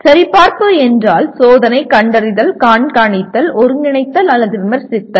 சரிபார்ப்பு என்றால் சோதனை கண்டறிதல் கண்காணித்தல் ஒருங்கிணைத்தல் அல்லது விமர்சித்தல்